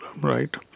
right